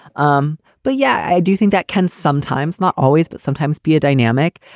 um but yeah, i do think that can sometimes not always, but sometimes be a dynamic.